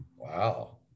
Wow